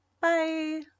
Bye